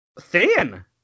thin